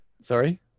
sorry